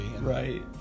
Right